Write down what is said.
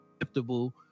acceptable